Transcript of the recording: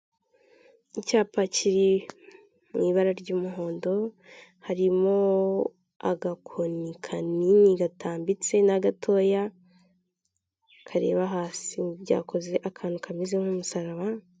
Urubuga rwitwa eni ero eyi cyangwa nashono landi otoriti, rwifashishwa muri repubulika y'u Rwanda, aho itanga ku buryo bwihuse amakuru y'ingenzi ku butaka.